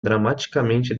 dramaticamente